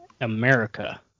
America